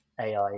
ai